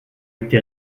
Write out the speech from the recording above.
été